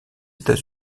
états